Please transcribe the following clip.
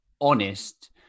honest